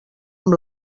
amb